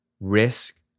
Risk